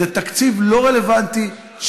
זה תקציב לא רלוונטי,